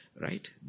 right